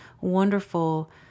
wonderful